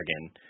again